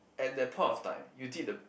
at that point of time you did the